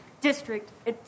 district